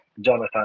Jonathan